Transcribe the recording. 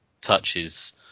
touches